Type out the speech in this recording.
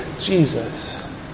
Jesus